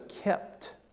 kept